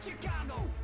Chicago